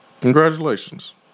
congratulations